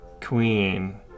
queen